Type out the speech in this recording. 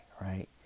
right